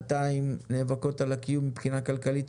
200 נאבקות על הקיום מבחינה כלכלית,